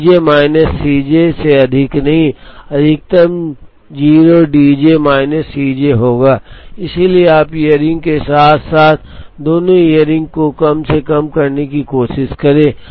D j minus C j से अधिक नहीं अधिकतम 0 D j minus C j होगा इसलिए आप इयररिंग के साथ साथ दोनों इयररिंग को कम से कम करने की कोशिश करें